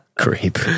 Creep